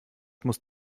musst